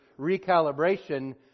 recalibration